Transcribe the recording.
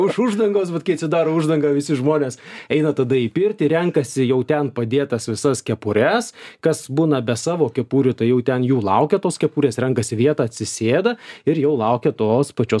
už uždangos bet kai atsidaro uždanga visi žmonės eina tada į pirtį renkasi jau ten padėtas visas kepures kas būna be savo kepurių tai jau ten jų laukia tos kepurės rankasi vietą atsisėda ir jau laukia tos pačios